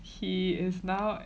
he is now